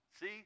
See